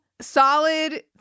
solid